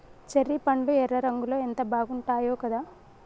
cherry పండ్లు ఎర్ర రంగులో ఎంత బాగుంటాయో కదా